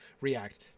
react